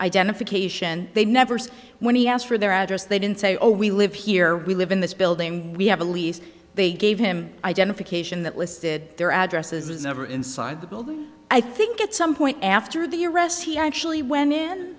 identification they never said when he asked for their address they didn't say oh we live here we live in this building we have a lease they gave him identification that listed their addresses was never inside the building i think at some point after the arrests he actually went in